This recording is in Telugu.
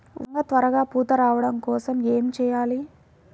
వంగ త్వరగా పూత రావడం కోసం ఏమి చెయ్యాలి?